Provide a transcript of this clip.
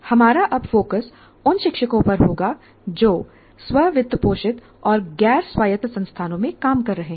हमारा अब फोकस उन शिक्षकों पर होगा जो स्व वित्तपोषित गैर स्वायत्त संस्थानों में काम कर रहे है